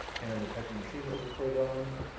and the type of machine it was recorded on,